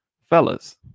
Fellas